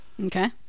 Okay